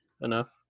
enough